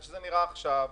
איך שזה נראה עכשיו וכו'.